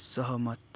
सहमत